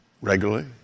Regularly